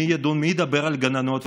מי ידבר על הגננות?